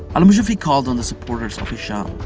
al-mushafi called on the supporters of hisham,